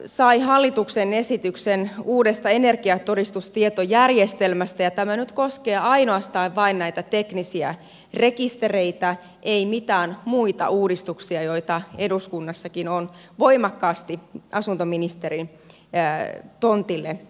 valiokunta sai hallituksen esityksen uudesta energiatodistustietojärjestelmästä ja tämä nyt koskee ainoastaan näitä teknisiä rekistereitä ei mitään muita uudistuksia joita eduskunnassakin on voimakkaasti asuntoministerin tontille pistetty